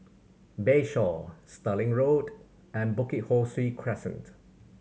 Bayshore Stirling Road and Bukit Ho Swee Crescent